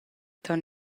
ton